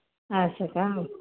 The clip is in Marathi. असं का